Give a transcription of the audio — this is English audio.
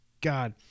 God